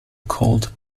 cold